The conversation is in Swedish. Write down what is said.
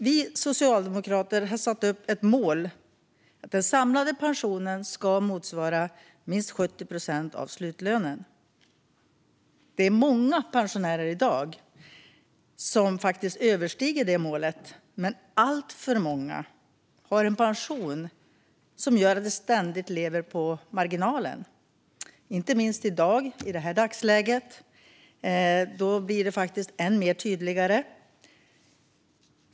Vi socialdemokrater har satt upp ett mål: Den samlade pensionen ska motsvara minst 70 procent av slutlönen. Det är många pensionärer i dag vars pension överstiger detta mål, men alltför många har en pension som gör att de ständigt lever på marginalen. Det gäller inte minst i dagsläget, då detta blir än tydligare.